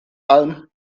alm